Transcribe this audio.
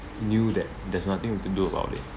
knew that there's nothing we can do about it